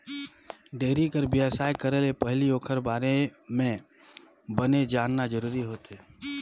dairy कर बेवसाय करे ले पहिली ओखर बारे म बने जानना जरूरी होथे